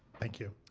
thank you.